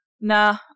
Nah